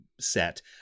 set